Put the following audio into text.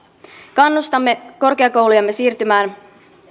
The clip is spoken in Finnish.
kannustamme korkeakoulujamme siirtymään